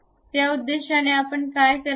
त्या उद्देशाने आपण काय करावे